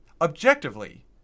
objectively